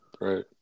Right